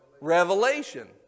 revelation